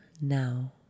now